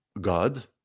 God